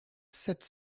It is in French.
sept